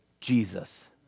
Jesus